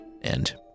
and